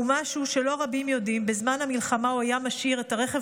ומשהו שלא רבים יודעים: בזמן המלחמה הוא היה משאיר את הרכב